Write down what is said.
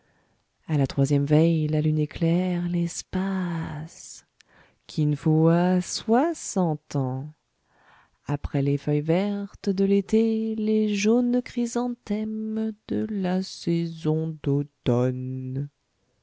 a la troisième veille la lune éclaire l'espace kin fo a soixante ans après les feuilles vertes de l'été les jaunes chrysanthèmes de la saison d'automne